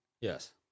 Yes